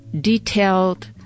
detailed